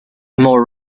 more